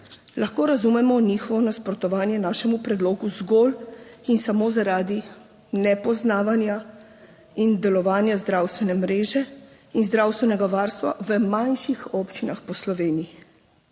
lahko razumemo njihovo nasprotovanje našemu predlogu zgolj in samo, zaradi nepoznavanja in delovanja zdravstvene mreže in zdravstvenega varstva v manjših občinah po Sloveniji.